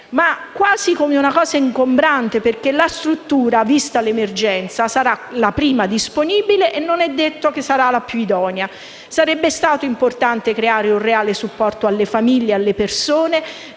quasi come «una cosa ingombrante», perché la struttura, vista l'emergenza, sarà la prima disponibile e non la più idonea. Sarebbe stato importante creare un reale supporto alle famiglie e alle persone